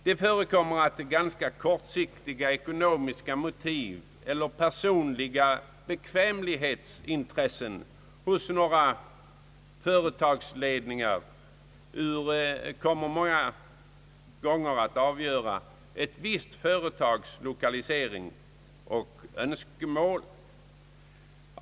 Det förekommer att ganska kortsiktiga ekonomiska motiv eller personliga bekvämlighetsintressen hos några företagsledningar blir avgörande för ett visst företags lokalisering och önskemål.